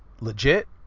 legit